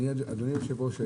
אדוני היושב-ראש,